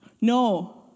No